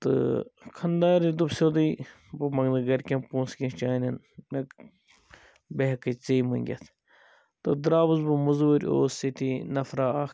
تہٕ خاندارنہِ دوٚپ سیٛودُے بہٕ مَنٛگہٕ نہٕ گھرکیٚن پونٛسہٕ کیٚنٛہہ چانیٚن بہٕ ہیٚکیٚے ژیٚے مٔنٛگِتھ تہٕ درٛاوُس بہٕ مزوٗرِ اوس ییٚتی نَفرا اَکھ